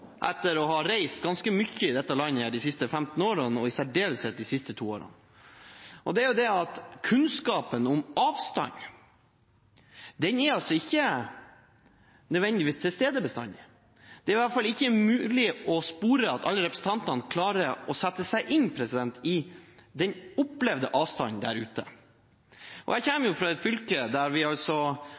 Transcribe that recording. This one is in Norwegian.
etter å ha reist ganske mye i dette landet de siste 15 årene, og i særdeleshet de siste to årene: Kunnskapen om avstand er ikke nødvendigvis bestandig til stede. Det er i hvert fall ikke mulig å spore at alle representantene klarer å sette seg inn i den opplevde avstanden der ute. Jeg kommer fra et fylke der vi